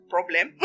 Problem